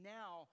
now